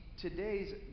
today's